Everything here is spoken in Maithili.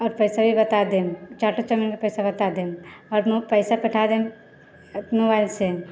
आओर पैसा भी बता देब चाटो चाउमिनके पैसा बता देब आओर पैसा पठा देब मोबाइलसँ